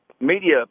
media